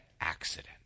accident